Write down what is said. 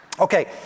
Okay